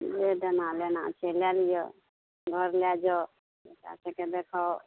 जे देना लेना छै लए लिअ घर लए जाउ बच्चा सबके देखाउ